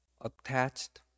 attached